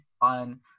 on